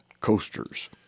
Coasters